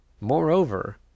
moreover